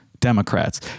Democrats